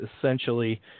essentially